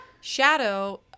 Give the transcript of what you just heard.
Shadow